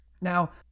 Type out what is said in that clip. Now